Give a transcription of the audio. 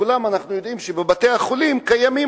אנחנו כולנו יודעים שבבתי-החולים קיימות